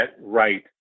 right